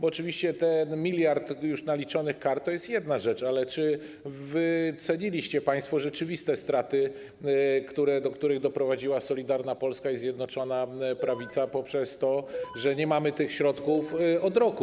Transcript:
Oczywiście ten 1 mld już naliczonych kar to jest jedna rzecz, ale czy wyceniliście państwo rzeczywiste straty, do których doprowadziły Solidarna Polska i Zjednoczona Prawica poprzez to, że nie mamy tych środków od roku?